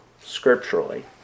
scripturally